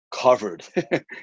covered